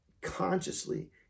consciously